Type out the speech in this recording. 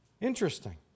Interesting